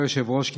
כבוד היושב-ראש,